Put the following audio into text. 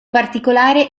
particolare